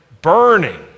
burning